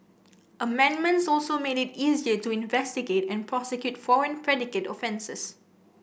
amendments also made it easier to investigate and prosecute foreign predicate offences